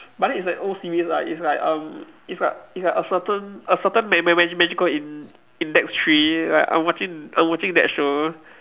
but then it's like old series lah it's like um it's like it's like a certain a certain ma~ ma~ magical in~ index three like I'm watching I'm watching that show